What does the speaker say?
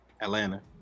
Atlanta